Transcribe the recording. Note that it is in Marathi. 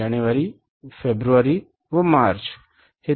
जानेवारी मग ते फेब्रुवारी आणि मग ते मार्च आहे बरोबर